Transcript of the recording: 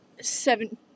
seven